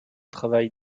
travail